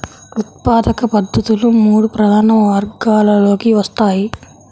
ఉత్పాదక పద్ధతులు మూడు ప్రధాన వర్గాలలోకి వస్తాయి